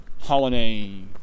holiday